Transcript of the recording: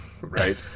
Right